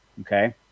Okay